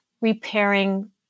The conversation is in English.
repairing